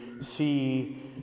see